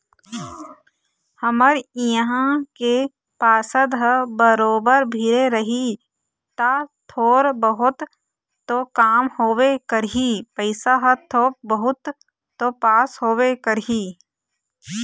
हमर इहाँ के पार्षद ह बरोबर भीड़े रही ता थोर बहुत तो काम होबे करही पइसा ह थोक बहुत तो पास होबे करही